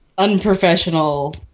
unprofessional